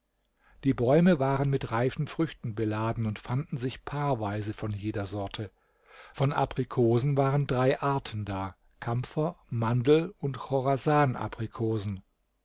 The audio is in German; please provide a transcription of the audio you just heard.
die bäume waren mit reifen früchten beladen und fanden sich paarweise von jeder sorte von aprikosen waren drei arten da kampfer mandel und